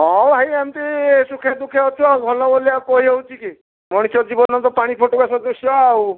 ହଁ ଭାଇ ଏମତି ସୁଖେ ଦୁଃଖେ ଅଛୁ ଆଉ ଭଲ ବୋଲି ଆଉ କହି ହେଉଛି କି ମଣିଷ ଜୀବନ ତ ପାଣି ଫୋଟକା ସଦୃଶ ଆଉ